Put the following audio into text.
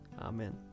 Amen